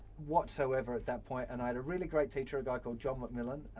whatsoever at that point and i had a really great teacher, a guy called john mcmillan,